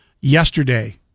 yesterday